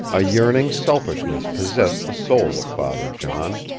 a yearning selfishness possessed the soul of father john,